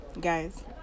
guys